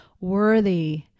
worthy